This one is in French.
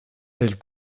elle